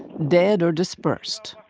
dead or dispersed.